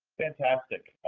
fantastic.